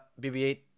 BB-8